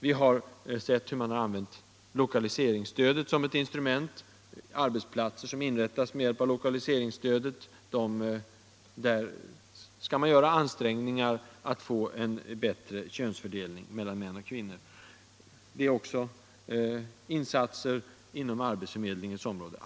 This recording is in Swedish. Vi har sett hur man har använt lokaliseringsstödet som ett instrument. Vid sådana arbetsplatser som inrättats med hjälp av lokaliseringsstöd skall ansträngningar göras för att få en bättre könsfördelning mellan män och kvinnor. Det har också gjorts insatser inom arbetsförmedlingens område.